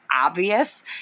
obvious